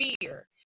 fear